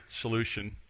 solution